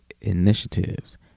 initiatives